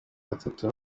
batatu